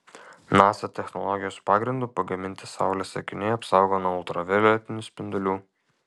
nasa technologijos pagrindu pagaminti saulės akiniai apsaugo nuo ultravioletinių spindulių